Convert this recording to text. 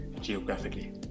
geographically